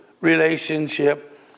relationship